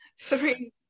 Three